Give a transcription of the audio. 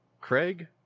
Craig